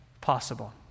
possible